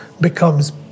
becomes